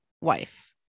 wife